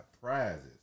prizes